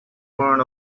burned